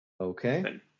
Okay